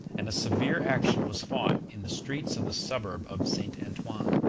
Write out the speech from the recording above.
and a severe action was fought in the streets of the suburb of st. antoine,